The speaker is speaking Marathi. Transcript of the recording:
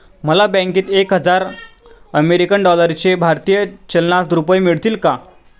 मला बँकेत एक हजार अमेरीकन डॉलर्सचे भारतीय चलनात रुपये मिळतील का?